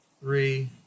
three